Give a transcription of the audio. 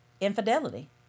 infidelity